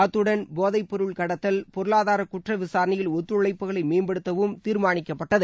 அத்துடன் போதைப்பொருள் கடத்தல் பொருளாதார குற்ற விசாரணையில் ஒத்துழைப்புகளை மேம்படுத்தவும் தீர்மானிக்கப்பட்டது